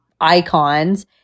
icons